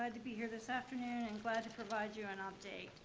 and to be here this afternoon and glad to provide you an update.